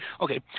okay